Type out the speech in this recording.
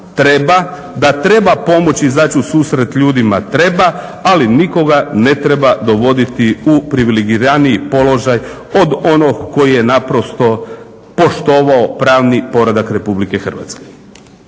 Da treba pomoć i izaći ususret ljudima, treba. Ali nikoga ne treba dovoditi u priviligiraniji položaj od onog koji je naprosto poštovao pravni poredak RH.